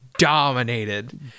dominated